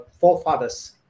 forefathers